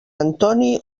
antoni